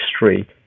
history